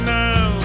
now